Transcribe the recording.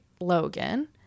Logan